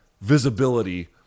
visibility